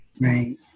Right